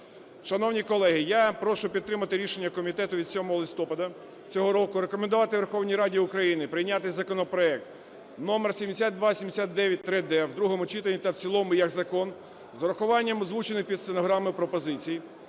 Шановні колеги, я прошу підтримати рішення комітету від 7 листопада цього року - рекомендувати Верховній Раді України прийняти законопроект номер 7279-д. в другому читанні та в цілому як закон з урахуванням озвучених під стенограму пропозицій.